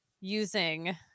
using